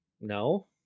No